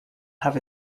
have